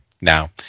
Now